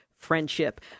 Friendship